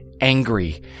angry